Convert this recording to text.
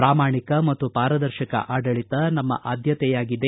ಪ್ರಾಮಾಣಿಕ ಮತ್ತು ಪಾರದರ್ಶಕ ಆಡಳಿತ ನಮ್ಮ ಆದ್ದತೆಯಾಗಿದೆ